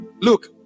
Look